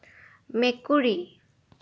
মেকুৰী